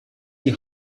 die